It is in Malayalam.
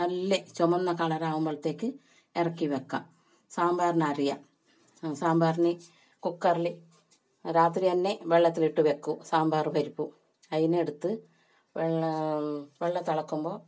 നല്ല ചെമന്ന കളരാകുമ്പൾത്തെക്ക് ഇറക്കി വയ്ക്കുക സാമ്പാറിനരിയുക സാമ്പാറിന് കുക്കറിൽ രാത്രി തന്നെ വെള്ളത്തിലിട്ട് വയ്ക്കും സാമ്പാർ പരിപ്പ് അതിനെടുത്ത് വെള്ളം വെള്ളം തിളക്കുമ്പോൾ